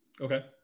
okay